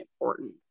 important